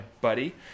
buddy